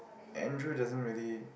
Andrew doesn't really